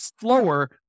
slower